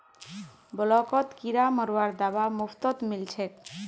ब्लॉकत किरा मरवार दवा मुफ्तत मिल छेक